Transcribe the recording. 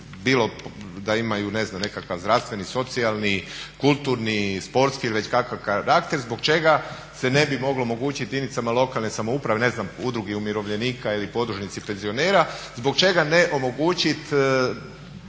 bilo da imaju ne znam nekakvi zdravstveni, socijalni, kulturni, sportski ili već kakav karakter zbog čega se ne bi moglo omogućiti jedinicama lokalne samouprave, ne znam udruzi umirovljenika ili podružnici penzionera, zbog čega ne omogućit